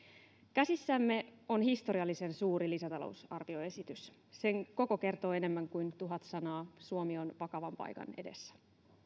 käsissämme on historiallisen suuri lisätalousarvioesitys sen koko kertoo enemmän kuin tuhat sanaa suomi on vakavan paikan edessä